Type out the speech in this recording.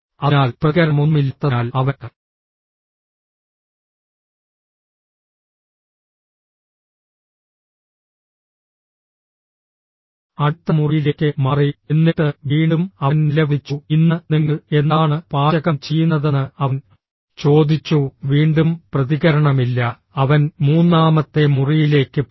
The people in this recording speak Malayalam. അതിനാൽ പ്രതികരണമൊന്നുമില്ലാത്തതിനാൽ അവൻ അടുത്ത മുറിയിലേക്ക് മാറി എന്നിട്ട് വീണ്ടും അവൻ നിലവിളിച്ചു ഇന്ന് നിങ്ങൾ എന്താണ് പാചകം ചെയ്യുന്നതെന്ന് അവൻ ചോദിച്ചു വീണ്ടും പ്രതികരണമില്ല അവൻ മൂന്നാമത്തെ മുറിയിലേക്ക് പോയി